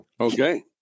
Okay